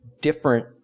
different